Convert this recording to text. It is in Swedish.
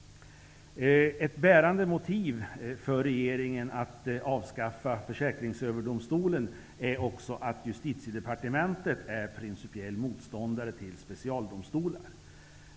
Ett bärande motiv för regeringen att avskaffa Försäkringsöverdomstolen är också att Justitiedepartementet är principiell motståndare till specialdomstolar.